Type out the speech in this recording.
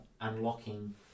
unlocking